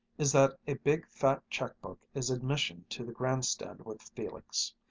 is that a big fat check-book is admission to the grandstand with felix.